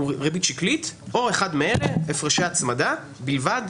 ריבית שקלית או אחד מאלה: הפרשי הצמדה בלבד,